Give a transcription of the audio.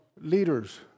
leaders